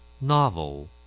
Novel